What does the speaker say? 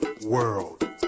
world